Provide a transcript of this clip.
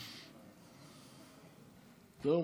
זהו?